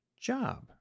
job